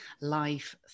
life